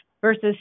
versus